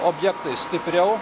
objektais stipriau